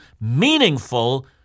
meaningful